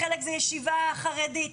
חלק זה ישיבה חרדית.